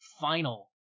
final